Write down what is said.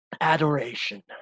Adoration